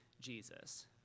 Jesus